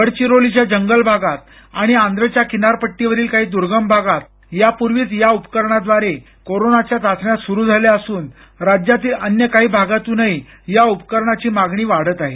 गडचिरोलीच्या जंगल भागात आणि आंध्रच्या किनारपट्टीवरील काही दुर्गम भागात यापूर्वीच या उपकरणाद्वारे कोरोनाच्या चाचण्या सुरू झाल्या असून राज्यातील अन्य काही भागातूनही या उपकरणाची मागणी वाढत आहे